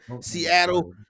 Seattle